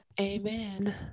Amen